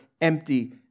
empty